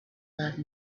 love